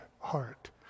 heart